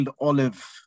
olive